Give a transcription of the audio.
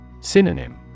Synonym